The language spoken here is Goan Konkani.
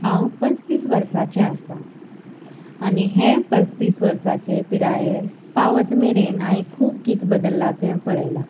हांव पस्तीस वर्साचें आसा आनी हें पस्तीस वर्साचे पिरायेर पावत मेरेन हांयें खूब कितें बदल्लां तें पळयलां